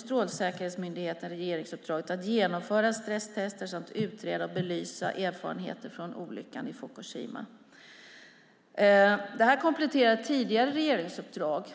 Strålsäkerhetsmyndigheten dessutom regeringsuppdraget att genomföra stresstester samt utreda och belysa erfarenheter från olyckan i Fukushima. Det här kompletterar ett tidigare regeringsuppdrag.